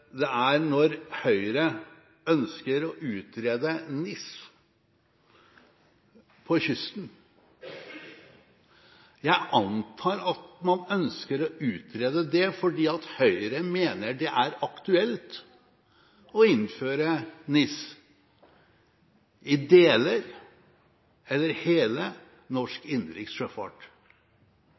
det er når Høyre ønsker å utrede NIS på kysten: Jeg antar at man ønsker å utrede det fordi Høyre mener det er aktuelt å innføre NIS i deler av eller i hele norsk innenriks sjøfart.